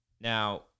Now